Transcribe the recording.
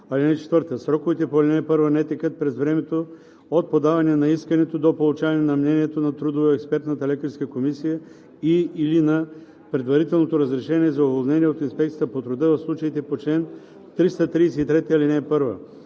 ал. 4: „(4) Сроковете по ал. 1 не текат през времето от подаване на искането до получаване на мнението на трудово-експертната лекарска комисия и/или на предварителното разрешение за уволнение от инспекцията по труда, в случаите по чл. 333, ал. 1.“